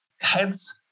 heads